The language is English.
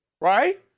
right